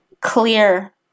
clear